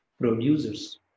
producers